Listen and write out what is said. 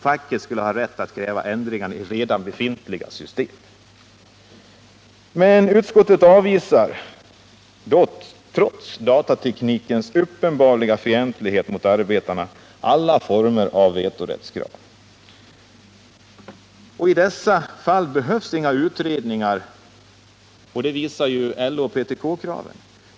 Facket skall också ha rätt att kräva ändringar i redan befintliga system.” Men utskottet avvisar, trots datateknikens uppenbara fientlighet mot arbetarna, alla former av vetorättskrav. I dessa fall behövs inga utredningar, och det visar även LO och PTK-kraven.